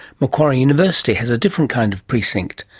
macquarie university has a different kind of precinct.